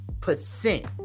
percent